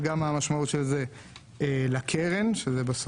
וגם במשמעות של זה לקרן שזהו,